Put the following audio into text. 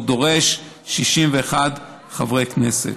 והוא דורש 61 חברי כנסת.